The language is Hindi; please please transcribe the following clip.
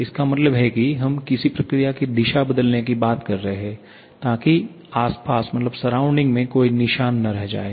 इसका मतलब है कि हम किसी प्रक्रिया की दिशा बदलने की बात कर रहे हैं ताकि आसपास मे कोई निशान न रह जाए